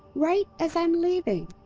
right as i'm leaving?